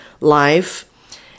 life